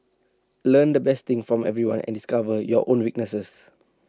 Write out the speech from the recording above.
learn the best things from everyone and discover your own weaknesses